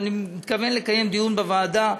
ואני מתכוון לקיים דיון בוועדה,